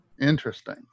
Interesting